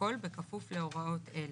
והכל בכפוף להוראות אלה: